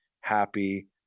happy